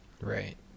Right